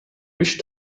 wish